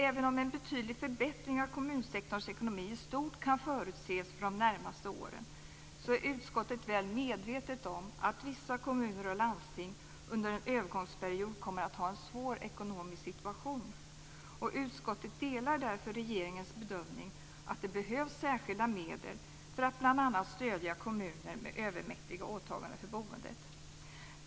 Även om en betydlig förbättring av kommunsektorns ekonomi i stort kan förutses för de närmaste åren är utskottet väl medvetet om att vissa kommuner och landsting under en övergångsperiod kommer att ha en svår ekonomisk situation. Utskottet delar därför regeringens bedömning att det behövs särskilda medel för att bl.a. stödja kommuner med övermäktiga åtaganden för boendet.